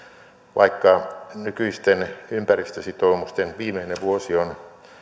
vaikka nykyisten ympäristösitoumusten viimeinen vuosi on